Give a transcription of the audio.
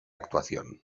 actuación